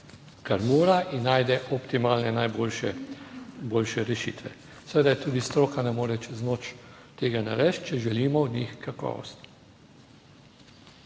kar mora in najde optimalne, najboljše, boljše rešitve, seveda tudi stroka ne more čez noč tega narediti, če želimo v njih kakovost.